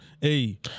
hey